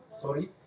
sorry